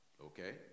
okay